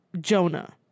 jonah